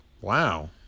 Wow